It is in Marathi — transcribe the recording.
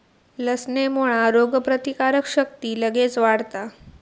लसणेमुळा रोगप्रतिकारक शक्ती लगेच वाढता